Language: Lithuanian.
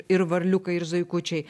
ir varliukai ir zuikučiai